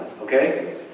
okay